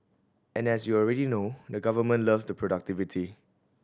and as you already know the government loves the productivity